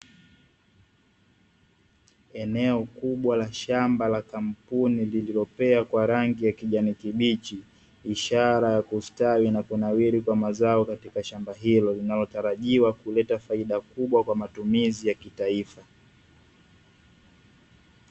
Eneo kubwa la shamba la kampuni lililopea kwa rangi ya kijani kibichi, ishara ya kustawi na kunawiri kwa mazao katika shamba hilo, linalotarajiwa kuleta faida kubwa kwa matumizi ya kitaifa.